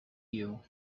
you